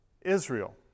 Israel